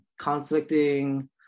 conflicting